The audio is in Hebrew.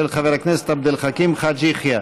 של חבר הכנסת עבד אל חכים חאג' יחיא.